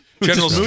General